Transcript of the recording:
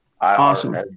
Awesome